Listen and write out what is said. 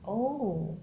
oh